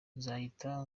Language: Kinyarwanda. nzahita